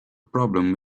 problem